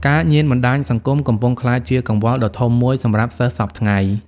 ការញៀនបណ្ដាញសង្គម កំពុងក្លាយជាកង្វល់ដ៏ធំមួយសម្រាប់សិស្សសព្វថ្ងៃ។